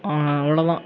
அவ்வளோ தான்